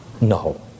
no